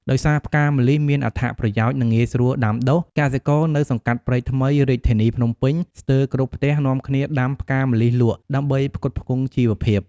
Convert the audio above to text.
ដោយសារផ្កាម្លិះមានអត្ថប្រយោជន៍ និងងាយស្រួលដាំដុះ កសិករនៅសង្កាត់ព្រែកថ្មី រាជធានីភ្នំពេញ ស្ទើរគ្រប់ផ្ទះនាំគ្នាដាំផ្កាម្លិះលក់ ដើម្បីផ្គត់ផ្គង់ជីវភាព ។